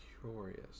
curious